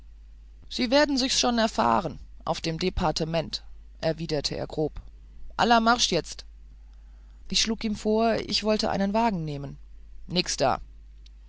sie werden sich's schonn erfahrrähn auf dem däpartemänt erwiderte er grob alla marsch jetz ich schlug ihm vor ich wollte einen wagen nehmen nix da